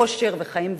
עושר וחיים ורודים.